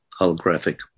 holographic